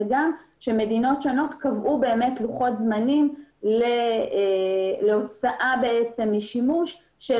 וגם שמדינות שונות קבעו לוחות זמנים להוצאה משימוש של